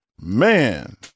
Man